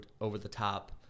over-the-top